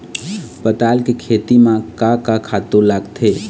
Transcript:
पताल के खेती म का का खातू लागथे?